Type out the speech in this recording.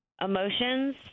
emotions